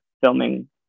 filming